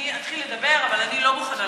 אני אתחיל לדבר, אבל אני לא מוכנה.